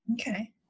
Okay